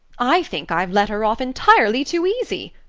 i think i've let her off entirely too easy.